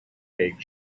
egg